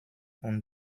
und